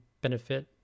benefit